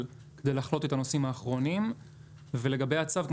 כדי לסגור את הנושאים האחרונים ולגבי הצו,